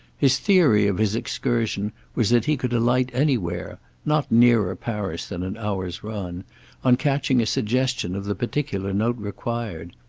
his theory of his excursion was that he could alight anywhere not nearer paris than an hour's run on catching a suggestion of the particular note required.